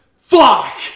Fuck